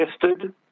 tested